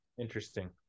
Interesting